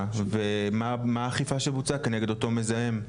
ומה האכיפה שבוצעה כנגד אותו מזהם.